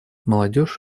молодежь